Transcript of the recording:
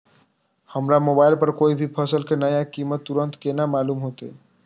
हमरा मोबाइल पर कोई भी फसल के नया कीमत तुरंत केना मालूम होते?